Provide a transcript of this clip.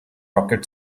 rocket